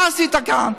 מה עשית כאן?